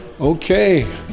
Okay